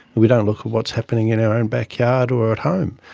we don't look at what's happening in our own backyard or at home.